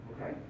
Okay